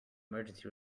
emergency